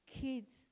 kids